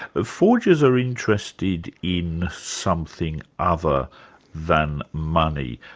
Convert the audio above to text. ah forgers are interested in something other than money,